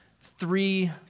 three